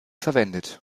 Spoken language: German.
verwendet